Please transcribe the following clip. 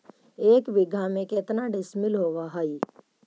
एक बीघा में केतना डिसिमिल होव हइ?